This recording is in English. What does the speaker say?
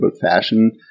fashion